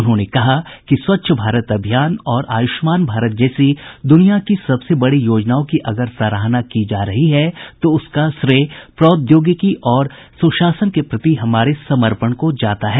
उन्होंने कहा कि स्वच्छ भारत अभियान और आयुष्मान भारत जैसी दुनिया की सबसे बड़ी योजनाओं की अगर सराहना की जा रही है तो उसका श्रेय प्रौद्योगिकी और सुशासन के प्रति हमारे समर्पण को जाता है